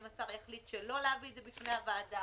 אם השר יחליט לא להביא את זה בפני הוועדה.